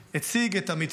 הציג את המתווה